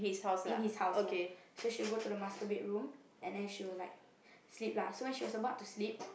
in his house ya so she will go to the master bedroom and then she will like sleep lah so when she was about to sleep